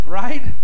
right